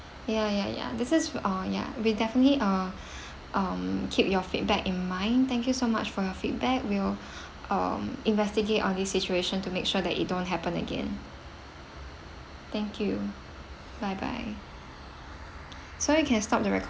ya ya ya this is oh ya we'll definitely uh um keep your feedback in mind thank you so much for your feedback we will um investigate on this situation to make sure that it don't happen again thank you bye bye so you can stop the record